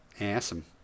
Awesome